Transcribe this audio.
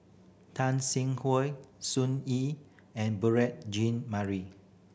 Tan Sin Sun Yee and Jean Marie